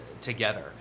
together